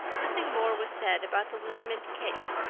nothing more was said about the liniment cake,